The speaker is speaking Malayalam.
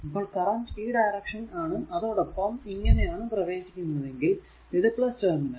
അപ്പോൾ കറന്റ് ഈ ഡയറക്ഷൻ ആണ് അതോടപ്പം ഇങ്ങനെ ആണ് പ്രവേശിക്കുന്നതെങ്കിൽ ഇത് ടെർമിനൽ